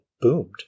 boomed